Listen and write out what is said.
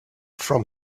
from